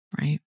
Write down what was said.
right